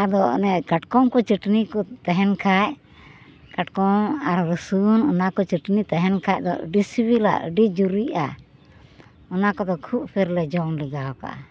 ᱟᱫᱚ ᱚᱱᱮ ᱠᱟᱴᱠᱚᱢ ᱠᱚ ᱪᱟᱴᱱᱤ ᱠᱚ ᱛᱟᱦᱮᱱ ᱠᱷᱟᱱ ᱠᱟᱴᱠᱚᱢ ᱟᱨ ᱨᱚᱥᱩᱱ ᱚᱱᱟᱠᱚ ᱪᱟᱴᱱᱤ ᱛᱟᱦᱮᱱ ᱠᱷᱟᱱ ᱫᱚ ᱟᱹᱰᱤ ᱥᱤᱵᱤᱞᱟ ᱟᱹᱰᱤ ᱡᱩᱨᱤᱼᱟ ᱩᱱᱟ ᱠᱚᱫᱚ ᱠᱷᱩᱵ ᱰᱷᱮᱨ ᱨᱮ ᱡᱚᱢ ᱞᱮᱜᱟ ᱟᱠᱟᱫᱼᱟ